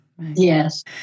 Yes